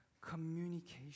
communication